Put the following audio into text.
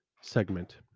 segment